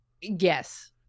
Yes